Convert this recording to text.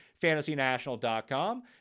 FantasyNational.com